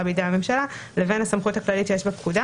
בידי הממשלה לבין הסמכות הכללית שיש בפקודה.